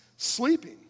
sleeping